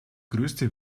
größte